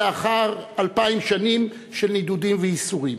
לאחר אלפיים שנים של נדודים וייסורים.